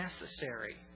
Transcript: necessary